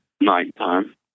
nighttime